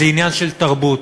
זה עניין של תרבות,